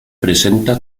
presenta